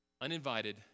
uninvited